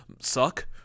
suck